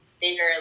bigger